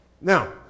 Now